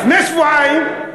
לפני שבועיים,